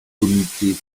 comités